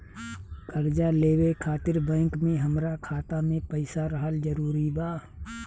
कर्जा लेवे खातिर बैंक मे हमरा खाता मे पईसा रहल जरूरी बा?